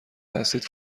هستید